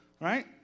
right